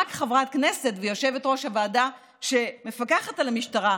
רק חברת כנסת ויושבת-ראש הוועדה שמפקחת על המשטרה,